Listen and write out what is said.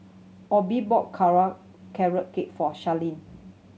Obe bought Carrot Cake for Sharleen